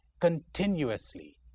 continuously